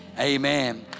amen